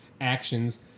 actions